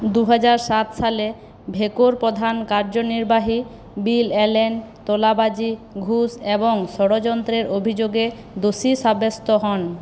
দুহাজার সাত সালে ভেকোর প্রধান কার্যনির্বাহী বিল অ্যালেন তোলাবাজি ঘুষ এবং ষড়যন্ত্রের অভিযোগে দোষী সাব্যস্ত হন